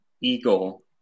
eagle